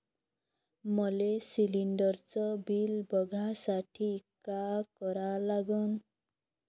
मले शिलिंडरचं बिल बघसाठी का करा लागन?